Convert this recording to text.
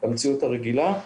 למציאות הרגילה.